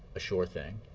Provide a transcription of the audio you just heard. a sure thing,